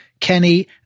Kenny